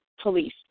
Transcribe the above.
police